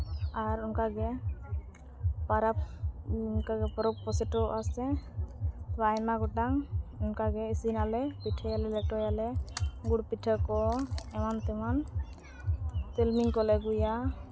ᱟᱨ ᱚᱱᱠᱟᱜᱮ ᱯᱚᱨᱚᱵᱽ ᱠᱚ ᱥᱮᱴᱮᱨᱚᱜᱼᱟ ᱥᱮ ᱟᱭᱢᱟ ᱜᱚᱴᱟᱝ ᱚᱱᱠᱟᱜᱮ ᱤᱥᱤᱱᱟᱞᱮ ᱯᱤᱴᱷᱟᱹᱭᱟᱞᱮ ᱞᱮᱴᱚᱭᱟᱞᱮ ᱜᱩᱲ ᱯᱤᱷᱟᱹ ᱠᱚ ᱮᱢᱟᱱ ᱛᱮᱢᱟᱱ ᱛᱤᱞᱢᱤᱧ ᱠᱚᱞᱮ ᱟᱹᱜᱩᱭᱟ